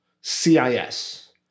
CIS